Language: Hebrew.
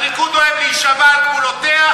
הליכוד אוהב להישבע על גבולותיה,